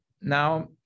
Now